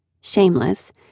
shameless